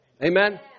Amen